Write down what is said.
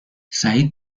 سعید